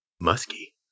Musky